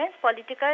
political